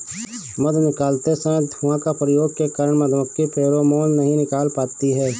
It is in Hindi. मधु निकालते समय धुआं का प्रयोग के कारण मधुमक्खी फेरोमोन नहीं निकाल पाती हैं